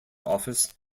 office